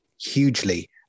hugely